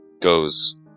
Goes